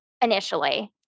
initially